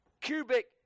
cubic